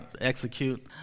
execute